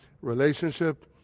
relationship